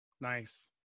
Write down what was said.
Nice